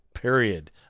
period